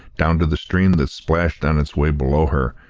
down to the stream that splashed on its way below her,